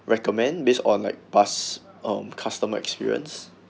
recommend based on like past um customer experience